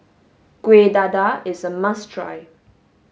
Kueh Dadar is a must try